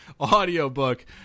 audiobook